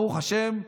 ברוך השם,